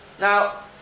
now